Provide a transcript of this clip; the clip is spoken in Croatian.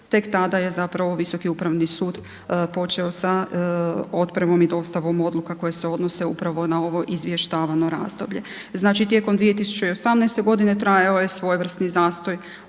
tek tada je zapravo Visoki upravni sud počeo sa otpremom i dostavom odluka koje se odnose upravo na ovo izvještavano razdoblje. Znači, tijekom 2018.g. trajao je svojevrsni zastoj